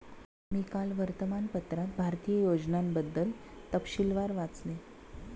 मी काल वर्तमानपत्रात भारतीय योजनांबद्दल तपशीलवार वाचले